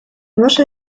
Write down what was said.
muschel